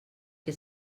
que